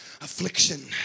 Affliction